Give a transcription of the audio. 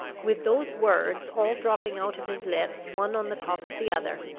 with those words, all dropping out of his lips one on the top of the other,